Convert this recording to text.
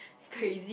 crazy